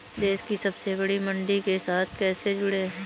देश की सबसे बड़ी मंडी के साथ कैसे जुड़ें?